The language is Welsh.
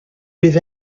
bydd